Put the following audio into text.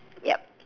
ya